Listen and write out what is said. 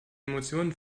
emotionen